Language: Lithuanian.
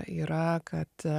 yra kad